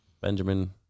Benjamin